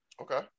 Okay